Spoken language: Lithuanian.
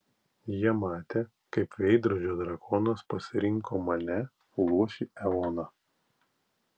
jie matė kaip veidrodžio drakonas pasirinko mane luošį eoną